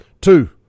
Two